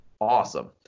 Awesome